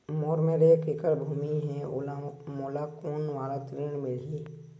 मोर मेर एक एकड़ भुमि हे मोला कोन वाला ऋण मिलही?